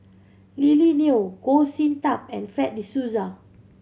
Lily Neo Goh Sin Tub and Fred De Souza